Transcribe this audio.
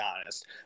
honest